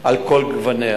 על כל גווניה,